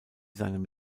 seinem